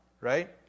right